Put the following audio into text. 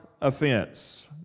offense